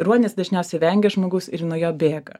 ruonis dažniausia vengia žmogaus ir nuo jo bėga